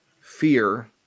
fear